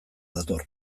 dator